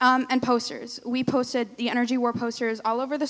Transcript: and posters we posted the energy were posters all over the